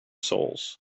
souls